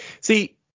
See